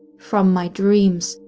from my dreams,